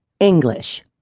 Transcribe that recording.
English